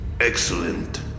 Excellent